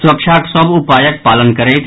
सुरक्षाक सभ उपायक पालन करैथ